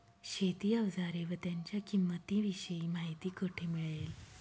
शेती औजारे व त्यांच्या किंमतीविषयी माहिती कोठे मिळेल?